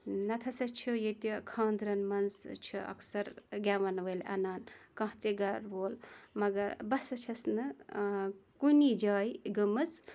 نَتہِ ہسا چھِ ییٚتہِ کھاندرَن منٛز چھِ اَکثَر گٮ۪وَن وٲلۍ اَنان کانٛہہ تہٕ گَرٕ وول مگر بہٕ ہسا چھَس نہٕ کُنی جایہِ گٔمٕژ